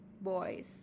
boys